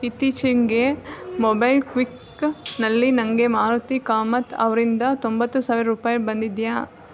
ಇತ್ತೀಚೆಗೆ ಮೊಬೈಕ್ವಿಕ್ನಲ್ಲಿ ನನಗೆ ಮಾರುತಿ ಕಾಮತ್ ಅವರಿಂದ ತೊಂಬತ್ತು ಸಾವಿರ ರೂಪಾಯಿ ಬಂದಿದೆಯಾ